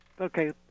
Okay